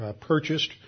purchased